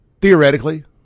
theoretically